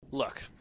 Look